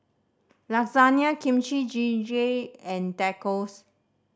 Lasagna Kimchi Jjigae and Tacos